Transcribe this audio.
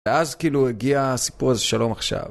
ואז כאילו הגיע הסיפור הזה שלום עכשיו.